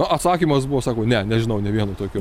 atsakymas buvo sako ne nežinau nė vieno tokio